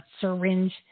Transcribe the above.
syringe